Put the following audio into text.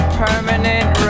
permanent